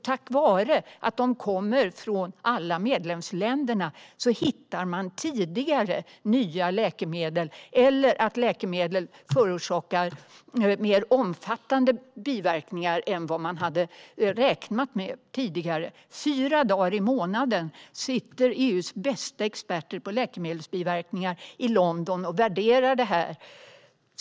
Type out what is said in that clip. Tack vare att rapporterna kommer från alla medlemsländerna hittar man tidigare nya biverkningar eller upptäcker att läkemedlen förorsakar mer omfattande biverkningar än vad man hade räknat med tidigare. Fyra dagar i månaden sitter EU:s bästa experter på läkemedelsbiverkningar i London och värderar det här.